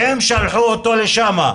והם שלחו אותו לשם,